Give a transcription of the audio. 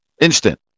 Instant